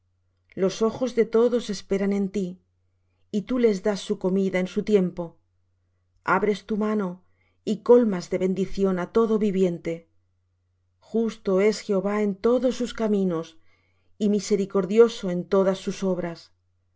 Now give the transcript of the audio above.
los ojos de todos esperan en ti y tú les das su comida en su tiempo abres tu mano y colmas de bendición á todo viviente justo es jehová en todos sus caminos y misericordioso en todas sus obras